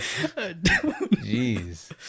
Jeez